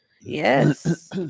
Yes